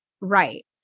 right